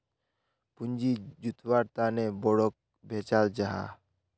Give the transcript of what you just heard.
पूँजी जुत्वार तने बोंडोक बेचाल जाहा